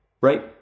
right